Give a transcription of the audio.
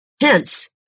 Hence